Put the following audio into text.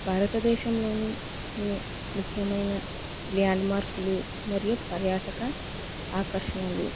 భారతదేశంలోని కొన్ని ముఖ్యమైన ల్యాండ్ మార్కులు మరియు పర్యాటక ఆకర్షణలు